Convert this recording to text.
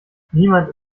niemand